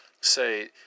say